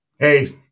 Hey